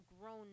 grown